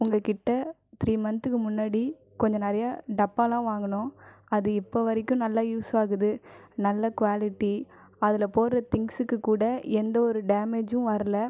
உங்கள்கிட்ட த்ரீ மன்த்க்கு முன்னாடி கொஞ்ச நிறைய டப்பாலாம் வாங்கினோம் அது இப்போ வரைக்கும் நல்லா யூஸ் ஆகுது நல்ல குவாலிட்டி அதில் போடுற திங்ஸ்க்கு கூட எந்த ஒரு டேமேஜும் வரல